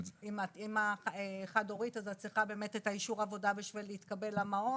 אמא חד הורית צריכה את אישור העבודה בשביל להתקבל למעון.